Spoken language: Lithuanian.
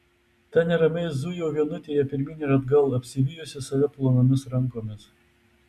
ta neramiai zujo vienutėje pirmyn ir atgal apsivijusi save plonomis rankomis